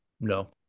No